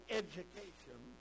education